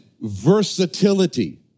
versatility